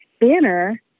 banner